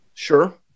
Sure